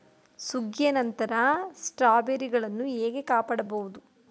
ಸುಗ್ಗಿಯ ನಂತರ ಸ್ಟ್ರಾಬೆರಿಗಳನ್ನು ಹೇಗೆ ಕಾಪಾಡ ಬಹುದು?